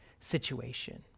situation